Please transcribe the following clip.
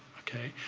okay?